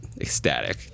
ecstatic